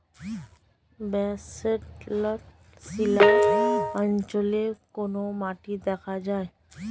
Basalt শিলা অঞ্চলে কোন মাটি দেখা যায়?